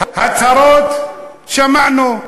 הצהרות, שמענו.